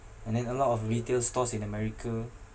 and then a lot of retail stores in america